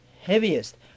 heaviest